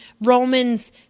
Romans